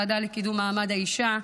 הוועדה לקידום מעמד האישה,